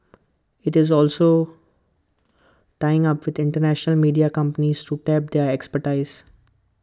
IT is also tying up with International media companies to tap their expertise